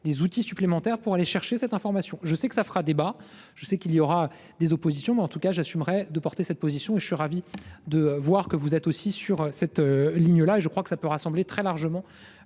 des outils supplémentaires pour aller chercher l'information. Je sais que cela fera débat, qu'il y aura des oppositions, mais, en tout cas, j'assumerai de défendre cette position. Je suis ravi de voir que vous êtes sur la même ligne. Elle peut rassembler très largement